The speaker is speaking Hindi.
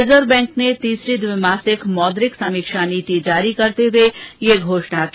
रिजर्व बैंक ने तीसरी द्विमासिक मौद्रिक समीक्षा नीति जारी करते हुए ये घोषणा की